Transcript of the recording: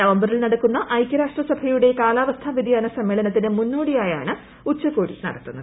നവംബറിൽ നടക്കുന്ന ഐകൃരാഷ്ട്ര സഭയുടെ കാലാവസ്ഥാ വൃതിയാന സമ്മേളനത്തിന് മുന്നോടിയായാണ് ഉച്ചകോടി നടത്തുന്നത്